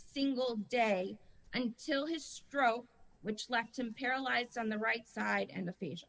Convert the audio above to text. single day until his stroke which left him paralyzed on the right side and the fish